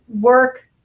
work